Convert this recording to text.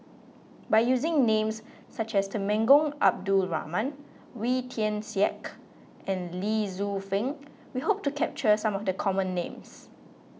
by using names such as Temenggong Abdul Rahman Wee Tian Siak and Lee Tzu Pheng we hope to capture some of the common names